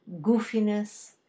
goofiness